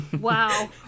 Wow